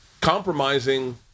compromising